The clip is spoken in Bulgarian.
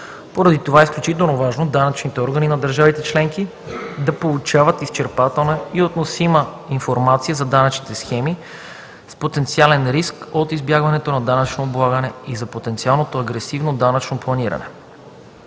Поради това е изключително важно данъчните органи на държавите членки да получават изчерпателна и относима информация за данъчни схеми с потенциален риск от избягване на данъчно облагане и за потенциално агресивно данъчно планиране.